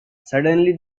suddenly